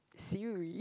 Siri